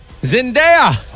Zendaya